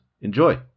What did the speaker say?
Enjoy